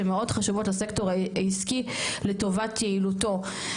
שמאוד חשובות לסקטור העסקי לטובת יעילותו.